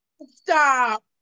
Stop